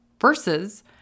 versus